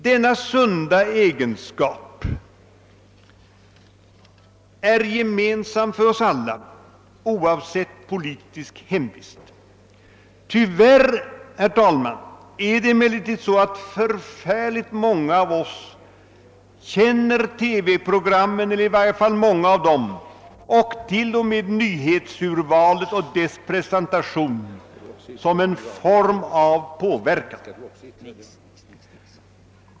Denna sunda egenskap är gemensam för oss alla oavsett politiskt hemvist. Tyvärr är det emellertid så att förfärligt många av oss uppfattar TV-programmen eller i varje fall många av dem och t.o.m. nyhetsurvalet och dess presentation som en form av påverkan.